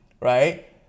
right